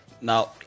Now